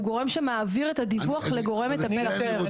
הוא גורם שמעביר את הדיווח לגורם מטפל אחר.